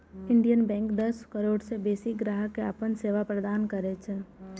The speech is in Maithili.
इंडियन बैंक दस करोड़ सं बेसी ग्राहक कें अपन सेवा प्रदान करै छै